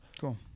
Cool